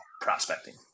prospecting